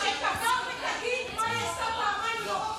אבל היא יצאה על חשבונה.